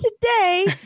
today